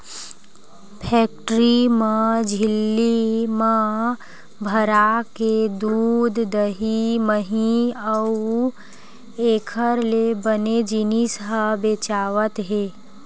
factory म झिल्ली म भराके दूद, दही, मही अउ एखर ले बने जिनिस ह बेचावत हे